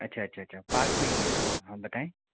अच्छा अच्छा अच्छा पास में ही हैं आप हाँ बताएँ